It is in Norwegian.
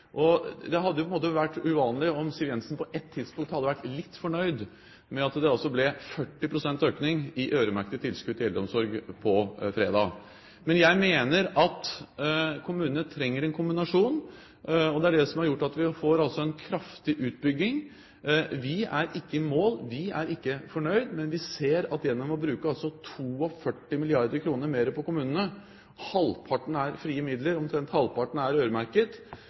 Det hadde på en måte vært uvanlig om Siv Jensen på et tidspunkt hadde vært litt fornøyd med at det på fredag ble 40 pst. økning i øremerkede tilskudd til eldreomsorg. Jeg mener at kommunene trenger en kombinasjon, og det er det som har gjort at vi får en kraftig utbygging. Vi er ikke i mål. Vi er ikke fornøyd. Men vi ser at gjennom å bruke 42 mrd. kr mer på kommunene – halvparten er frie midler, omtrent halvparten er øremerket